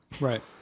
right